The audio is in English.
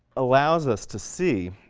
allows us to see,